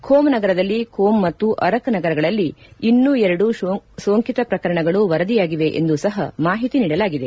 Qom ನಗರದಲ್ಲಿ Qom ಮತ್ತು Arak ನಗರಗಳಲ್ಲಿ ಇನ್ಸೂ ಎರಡು ಸೋಂಕಿತ ಪ್ರಕರಣಗಳು ವರದಿಯಾಗಿವೆ ಎಂದು ಸಹ ಮಾಹಿತಿ ನೀಡಲಾಗಿದೆ